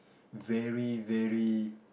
very very